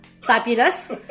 fabulous